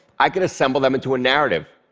i could assemble them into a narrative.